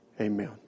amen